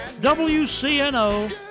WCNO